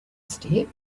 step